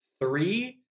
three